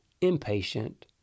impatient